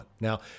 Now